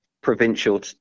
provincial